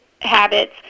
habits